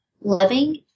loving